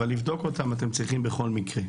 אבל לבדוק אותם אתם צריכים בכל מקרה,